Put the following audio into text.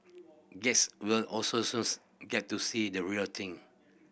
guest will also soon get to see the real thing